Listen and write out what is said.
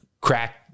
crack